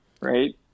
right